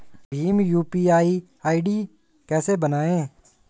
Bhim UPI ID कैसे बनाएं?